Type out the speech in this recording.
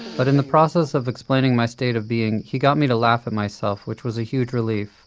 but in the process of explaining my state of being he got me to laugh at myself which was a huge relief.